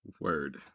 Word